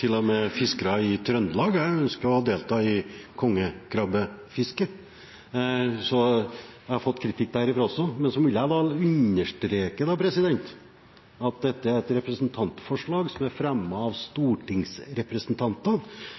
til og med fiskere i Trøndelag ønsker å delta i kongekrabbefisket, så jeg har fått kritikk derfra også. Men så vil jeg understreke at dette er et representantforslag som er fremmet av